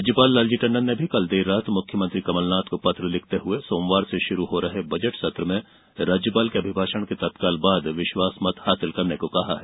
राज्यपाल लालजी टंडन ने भी कल देर रात मुख्यमंत्री कमलनाथ को पत्र लिखते हुए सोमवार से शुरू हो रहे बजट सत्र में राज्यपाल के अभिभाषण के तत्काल बाद विश्वासमत हासिल करने को कहा है